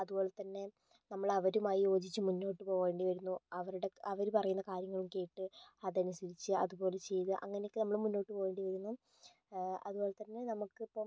അതുപോലെത്തന്നെ നമ്മളവരുമായി യോജിച്ച് മുന്നോട്ട് പോവേണ്ടി വരുന്നു അവരുടെ അവര് പറയുന്ന കാര്യങ്ങൾ കേട്ട് അതനുസരിച്ച് അതുപോലെ ചെയ്യുക അങ്ങനെയൊക്കെ നമ്മള് മുന്നോട്ട് പോകേണ്ടി വരുന്നു അതുപോലെ തന്നെ നമുക്ക് ഇപ്പോൾ